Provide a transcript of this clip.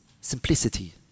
simplicity